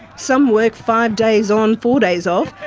some work five days on, four days off,